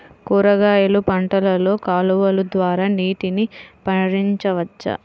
కూరగాయలు పంటలలో కాలువలు ద్వారా నీటిని పరించవచ్చా?